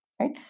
right